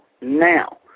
now